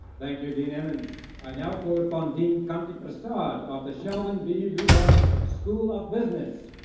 thank you, dean emmons. i now call upon dean kanti prasad of the sheldon b. lubar school of business.